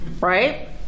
right